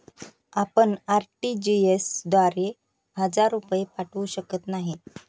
आपण आर.टी.जी.एस द्वारे हजार रुपये पाठवू शकत नाही